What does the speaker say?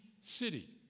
city